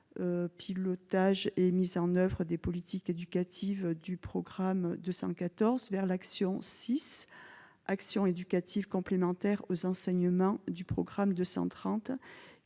pilotage et mise en oeuvre des politiques éducatives du programme 214 vers l'action 6 actions éducatives complémentaires aux enseignements du programme 230